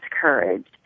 courage